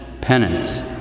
penance